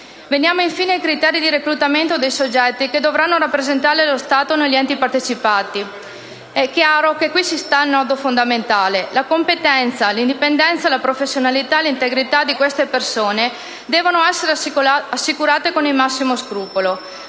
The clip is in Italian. Veniamo infine ai criteri di reclutamento dei soggetti che dovranno rappresentare lo Stato negli enti partecipati; è chiaro che qui sta il nodo fondamentale. La competenza, l'indipendenza, la professionalità e l'integrità di queste persone devono essere assicurate con il massimo scrupolo,